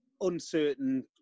uncertain